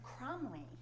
Cromley